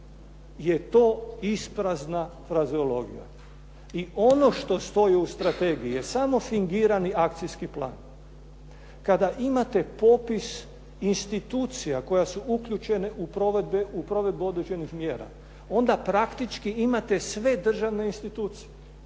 je to isprazna frazeologija. I ono što stoji u strategiji je samo fingirani akcijski plan. Kada imate popis institucija koje su uključene u provedbu određenih mjera onda praktički imate sve državne institucije